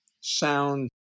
sound